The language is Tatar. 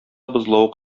бозлавык